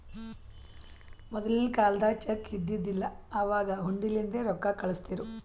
ಮೊದಲಿನ ಕಾಲ್ದಾಗ ಚೆಕ್ ಇದ್ದಿದಿಲ್ಲ, ಅವಾಗ್ ಹುಂಡಿಲಿಂದೇ ರೊಕ್ಕಾ ಕಳುಸ್ತಿರು